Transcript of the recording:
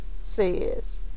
says